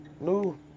no